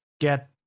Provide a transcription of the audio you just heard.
get